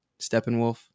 steppenwolf